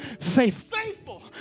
faithful